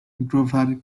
grover